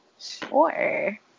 Sure